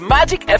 Magic